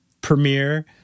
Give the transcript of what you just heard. premiere